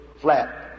flat